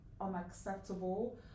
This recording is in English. unacceptable